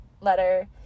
letter